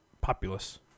populace